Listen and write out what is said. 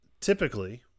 typically